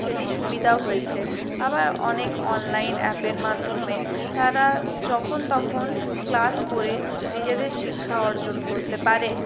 সেটি সুবিধাও হয়েছে আবার অনেক অনলাইন অ্যাপের মাধ্যমে তারা যখন তখন ক্লাস করে নিজেদের শিক্ষা অর্জন করতে পারে